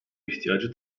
ihtiyacı